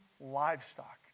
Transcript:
livestock